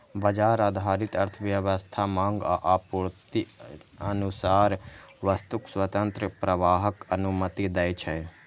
बाजार आधारित अर्थव्यवस्था मांग आ आपूर्तिक अनुसार वस्तुक स्वतंत्र प्रवाहक अनुमति दै छै